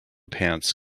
pants